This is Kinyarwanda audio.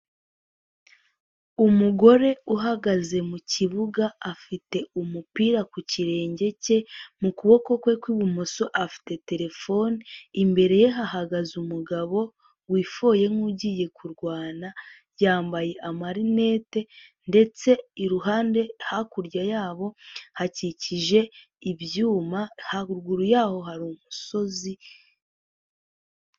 Umugore uhagaze mu kibuga, afite umupira ku kirenge cye mu kuboko kwe kw'ibumoso afite terefone, imbere ye hahagaze umugabo wifoye nk'ugiye kurwana, yambaye amarinete ndetse iruhande hakurya yabo, hakikije ibyuma, haruguru yaho hari umusozi.